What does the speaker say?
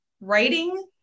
writing